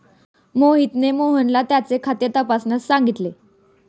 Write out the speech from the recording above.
मोहितने सोहनला त्याचे खाते तपासण्यास सांगितले